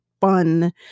fun